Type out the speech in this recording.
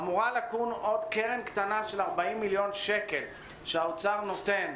אמורה לקום עוד קרן קטנה של 40 מיליון שקל שהאוצר אמור לתת